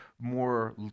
more